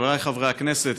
חבריי חברי הכנסת,